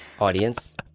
audience